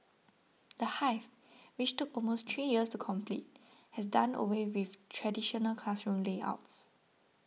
the Hive which took almost three years to complete has done away with traditional classroom layouts